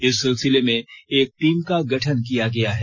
इस सिलसिले में एक टीम का गठन किया गया है